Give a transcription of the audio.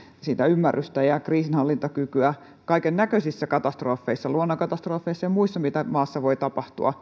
lisätä ymmärrystä ja kriisinhallintakykyä kaikennäköisissä katastrofeissa luonnonkatastrofeissa ja muissa mitä maassa voi tapahtua